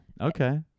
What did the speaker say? okay